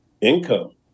income